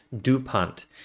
DuPont